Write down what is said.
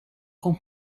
con